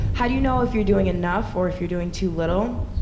how do you know if you're doing enough or if you're doing too little?